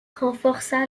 renforça